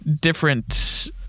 different